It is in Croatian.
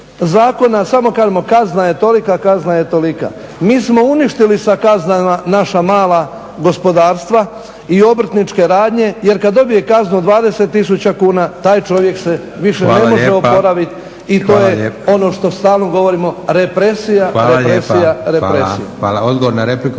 zakona, samo kažemo kazna je tolika, kazna je tolika. Mi smo uništili sa kaznama naša mala gospodarstva i obrtničke radnje jer kad dobijemo kaznu od 20 tisuća kuna taj čovjek se više ne može oporaviti i to je ono što stalno govorimo, represija, represija, represija.